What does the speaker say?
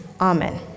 Amen